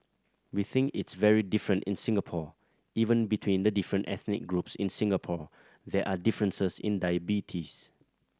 we think it's very different in Singapore even between the different ethnic groups in Singapore there are differences in diabetes